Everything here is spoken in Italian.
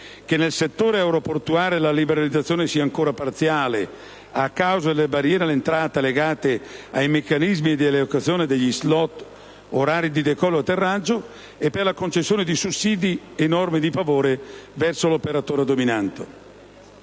che nel settore aeroportuale la liberalizzazione sia ancora parziale, a causa delle barriere all'entrata legate ai meccanismi di allocazione degli *slot* orari di decollo e atterraggio, e per la concessione di sussidi e norme di favore verso l'operatore dominante.